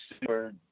super